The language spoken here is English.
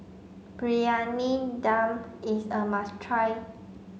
Briyani Dum is a must try